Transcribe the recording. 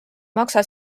maksa